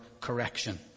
correction